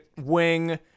wing